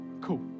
cool